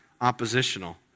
oppositional